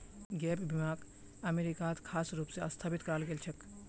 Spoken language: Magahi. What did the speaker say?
गैप बीमाक अमरीकात खास रूप स स्थापित कराल गेल छेक